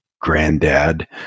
granddad